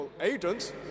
agents